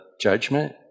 judgment